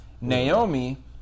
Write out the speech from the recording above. Naomi